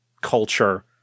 culture